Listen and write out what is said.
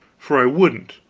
for i wouldn't.